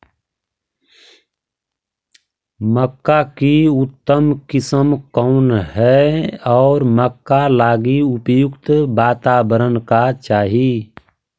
मक्का की उतम किस्म कौन है और मक्का लागि उपयुक्त बाताबरण का चाही?